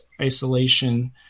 isolation